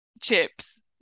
chips